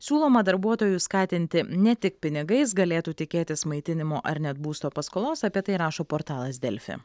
siūloma darbuotojus skatinti ne tik pinigais galėtų tikėtis maitinimo ar net būsto paskolos apie tai rašo portalas delfi